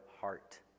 heart